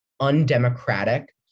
undemocratic